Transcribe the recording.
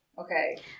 Okay